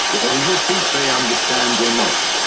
whether you think they understand or not.